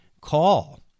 call